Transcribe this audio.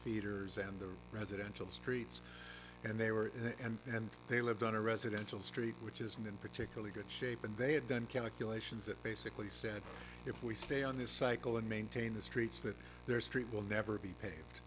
theatres and the residential streets and they were and they lived on a residential street which isn't in particularly good shape and they had done calculations that basically said if we stay on this cycle and maintain the streets that their street will never be paved